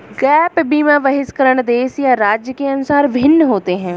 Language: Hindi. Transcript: गैप बीमा के बहिष्करण देश या राज्य के अनुसार भिन्न होते हैं